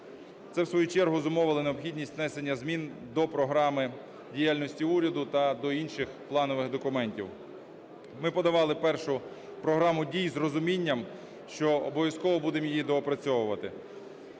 Це в свою чергу зумовило необхідність внесення змін до Програми діяльності уряду та до інших планових документів. Ми подавали першу програму дій з розумінням, що обов'язково будемо її доопрацьовувати.